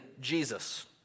Jesus